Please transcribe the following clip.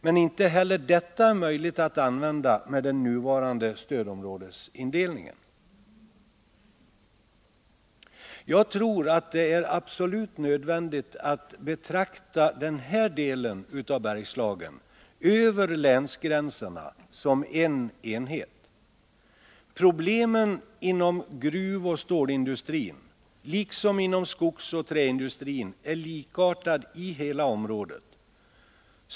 Men inte heller detta är möjligt att använda med den nuvarande stödområdesindelningen. Jag tror att det är absolut nödvändigt att betrakta denna del av Bergslagen som en enhet över länsgränserna. Problemen inom gruvoch stålindustrin liksom inom skogsoch träindustrin är likartade i hela området.